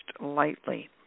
lightly